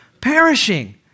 perishing